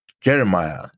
Jeremiah